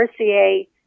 RCA